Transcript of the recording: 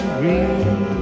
green